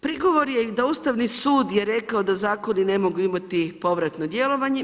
Prigovor je i da Ustavni sud je rekao da zakoni ne mogu imati povratno djelovanje.